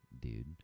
dude